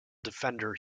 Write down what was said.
defender